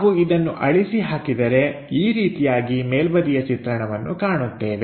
ನಾವು ಇದನ್ನು ಅಳಿಸಿಹಾಕಿದರೆ ಈ ರೀತಿಯಾಗಿ ಮೇಲ್ಬದಿಯ ಚಿತ್ರಣವನ್ನು ಕಾಣುತ್ತೇವೆ